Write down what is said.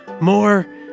More